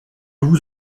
vous